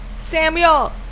Samuel